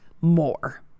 more